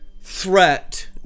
threat